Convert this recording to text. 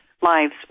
lives